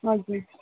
हजुर